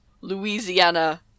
Louisiana